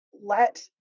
let